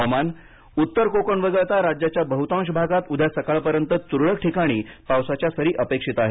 हवामान उत्तर कोकण वगळता राज्याच्या बहुतांश भागात उद्या सकाळपर्यंत तुरळक ठिकाणी पावसाच्या सरी अपेक्षित आहेत